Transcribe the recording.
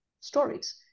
stories